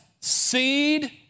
seed